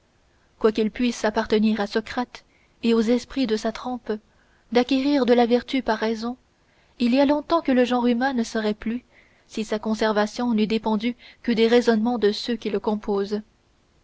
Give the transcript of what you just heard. quoiqu'il puisse appartenir à socrate et aux esprits de sa trempe d'acquérir de la vertu par raison il y a longtemps que le genre humain ne serait plus si sa conservation n'eût dépendu que des raisonnements de ceux qui le composent